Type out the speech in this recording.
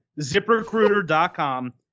ZipRecruiter.com